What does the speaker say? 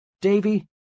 Davy